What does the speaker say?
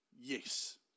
yes